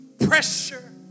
pressure